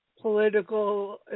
political